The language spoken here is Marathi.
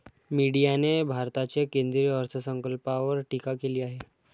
मीडियाने भारताच्या केंद्रीय अर्थसंकल्पावर टीका केली आहे